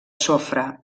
sofre